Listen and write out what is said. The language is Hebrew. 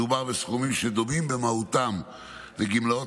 מדובר בסכומים שדומים במהותם לגמלאות